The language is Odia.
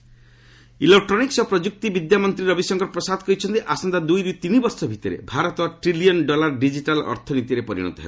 ରବିଶଙ୍କର ଇଲେକ୍ଟ୍ରୋନିକ୍ୱ ଓ ପ୍ରଯୁକ୍ତି ବିଦ୍ୟାମନ୍ତ୍ରୀ ରବିଶଙ୍କର ପ୍ରସାଦ କହିଛନ୍ତି ଆସନ୍ତା ଦୂଇରୁ ତିନି ବର୍ଷ ଭିତରେ ଭାରତ ଟ୍ରିଲିୟନ୍ ଡଲାର୍ ଡିଜିଟାଲ୍ ଅର୍ଥନୀତିରେ ପରିଣତ ହେବ